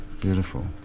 Beautiful